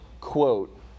quote